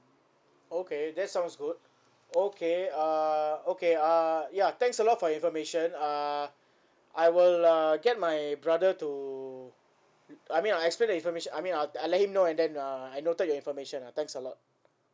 okay that sounds good okay uh okay uh ya thanks a lot for your information uh I will uh get my brother to I mean I explain the informati~ I mean I I'll let him know and then uh I noted your information ah thanks a lot